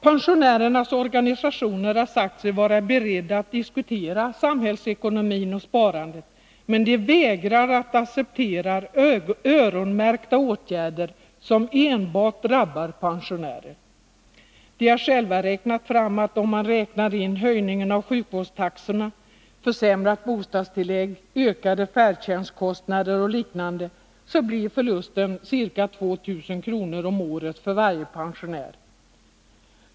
Pensionärernas organisationer har sagt sig vara beredda att diskutera samhällsekonomin och sparandet, men de vägrar att acceptera öronmärkta åtgärder som enbart drabbar pensionärer. De har själva räknat fram att om man räknar in höjningen av sjukvårdstaxorna, försämrat bostadstillägg, ökade färdtjänstkostnader och liknande, så blir förlusten ca 2 000 kr. om året för varje pensionär.